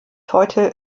heute